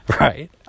right